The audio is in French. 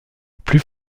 plus